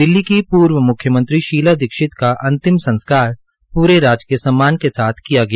दिल्ली की पूर्व मुख्यमंत्री शीला दीक्षित का अंतिम संस्कार प्रे राजकीय सम्मान के साथ किया गया